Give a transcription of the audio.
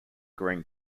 green